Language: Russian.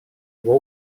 его